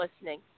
listening